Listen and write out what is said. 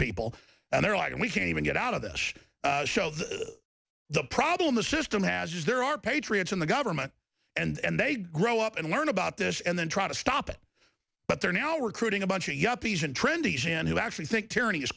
people and they're like and we can't even get out of this show the the problem the system has is there are patriots in the government and they grow up and learn about this and then try to stop it but they're now recruiting a bunch of yuppies and trendies and who actually think tyranny is